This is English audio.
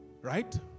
right